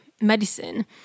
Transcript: medicine